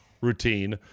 routine